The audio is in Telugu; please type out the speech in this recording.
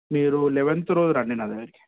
మీరు లెవెన్త్ రోజు రండి నా దగ్గరకి